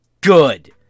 Good